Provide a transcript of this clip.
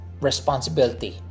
responsibility